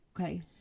Okay